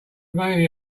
mainly